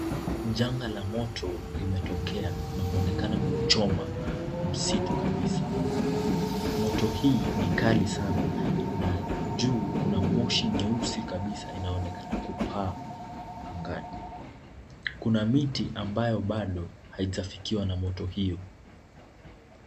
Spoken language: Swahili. Janga la moto limetokea na unaonekana kuchoma msitu kabisa. Moto hii ni kali sana na juu kuna moshi nyeusi kabisa inaonekana kupaa angani. Kuna miti ambayo bado haijafikiwa na moto hiyo.